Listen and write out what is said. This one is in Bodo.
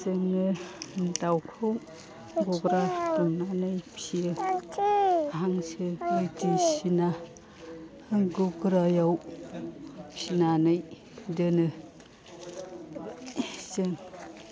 जोङो दावखौ गग्रा लुनानै फिसियो हांसो बायदिसिना गग्रायाव फिसिनानै दोनो जों